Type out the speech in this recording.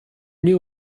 new